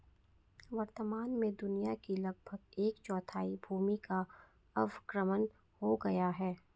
वर्तमान में दुनिया की लगभग एक चौथाई भूमि का अवक्रमण हो गया है